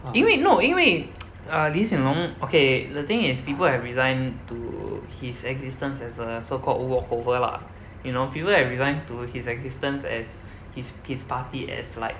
因为 no 因为 err lee hsien loong okay the thing is people have resigned to his existence as a so called walk over lah you know people have resigned to his existence as his his party as like